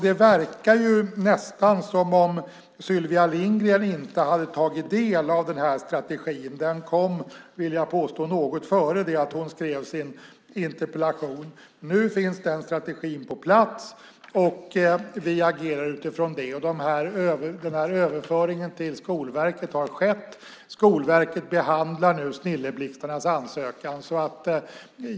Det verkar nästan som att Sylvia Lindgren inte har tagit del av strategin. Jag vill påstå att den kom något innan hon skrev sin interpellation. Nu finns den strategin på plats, och vi agerar utifrån det. Överföringen till Skolverket har skett. Skolverket behandlar nu Snilleblixtarnas ansökan.